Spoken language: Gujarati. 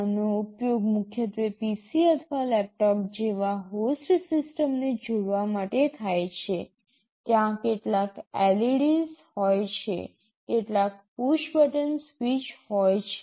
આનો ઉપયોગ મુખ્યત્વે PC અથવા લેપટોપ જેવા હોસ્ટ સિસ્ટમને જોડવા માટે થાય છે ત્યાં કેટલાક LEDs હોય છે કેટલાક પુશ બટન સ્વિચ હોય છે